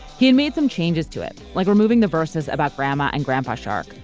he had made some changes to it, like removing the verses about grandma and grandpa shark,